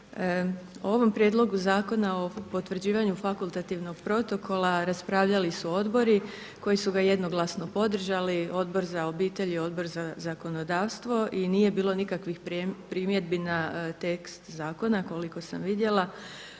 o ovom prijedlogu Zakona o potvrđivanju fakultativnog protokola raspravljali su odbori koji su ga jednoglasno podržali, Odbor za obitelj i Odbor za zakonodavstvo i nije bilo nikakvih primjedbi na tekst zakona koliko sam vidjela.